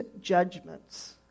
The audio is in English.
judgments